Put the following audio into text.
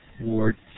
ward